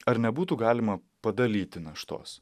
ar nebūtų galima padalyti naštos